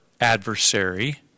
adversary